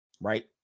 Right